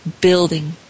building